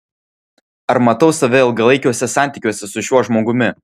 ar matau save ilgalaikiuose santykiuose su šiuo žmogumi